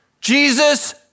Jesus